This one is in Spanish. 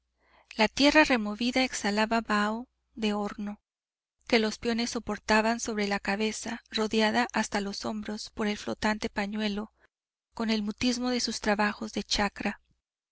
la tierra removida exhalaba vaho de horno que los peones soportaban sobre la cabeza rodeada hasta los hombros por el flotante pañuelo con el mutismo de sus trabajos de chacra